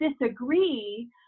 disagree